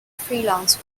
freelance